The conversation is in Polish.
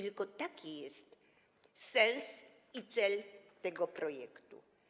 Tylko taki jest sens i cel tego projektu.